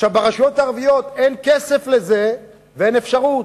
ברשויות הערביות אין כסף לזה, ואין אפשרות.